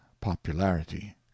popularity